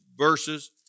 Verses